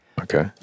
Okay